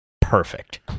Perfect